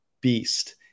beast